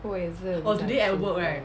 我也是很想出国